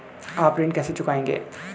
आप ऋण कैसे चुकाएंगे?